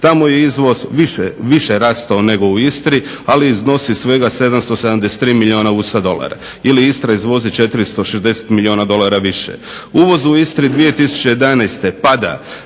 Tamo je izvoz više rastao nego u Istri ali iznosi svega 773 milijuna USA dolara ili Istra izvozi 460 milijuna dolara više. Uvoz u Istri 2011.pada